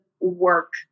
work